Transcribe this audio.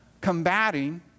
combating